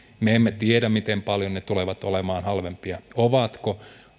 me emme tiedä miten paljon halvempia ne tulevat olemaan vai ovatko